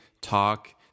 talk